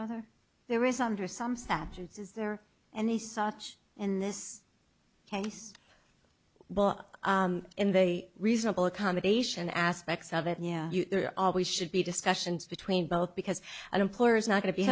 other there is under some statutes is there and he saw in this case well in the reasonable accommodation aspects of it all we should be discussions between both because an employer is not going to be